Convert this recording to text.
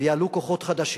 יעלו כוחות חדשים.